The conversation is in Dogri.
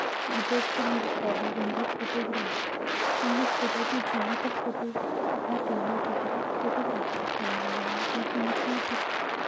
ते एह्दे आस्तै मेरी हॉब्बी बनी गेई फोटोग्राफ्ररी हून में कुदै बी जन्नी तां फोटो अपना कैमरा कड्डियै फोटोग्राफ्री करन लगी पौन्नी क्योंकि मिगी एह्दे च